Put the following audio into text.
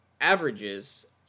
averages –